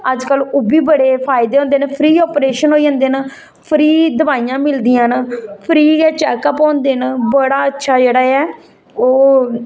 अजकल ओ बी बडे़ फायदे होंदे ना फ्री आपॅरेशन होई जंदे ना फ्री दबाइयां मिलदियां ना फ्री गै चेकअप होंदे ना बड़ा अच्छा जेहड़ा ऐ ओह्